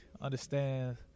understand